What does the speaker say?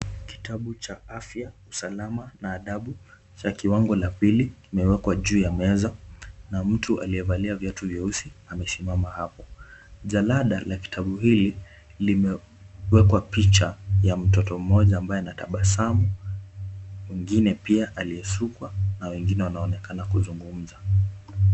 Kitabu cha afya, usalama na adabu, cha kiwango la pili, kimewekwa juu ya meza, na mtu aliyevalia viatu vyeusi amesimama hapo. Jalada la kitabu hili limewekwa picha ya mtoto mmoja ambaye anatabasamu mwingine pia aliyesukwa na wengine wanaonekana kuzungumza.